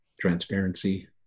transparency